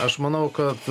aš manau kad